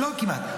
לא כמעט.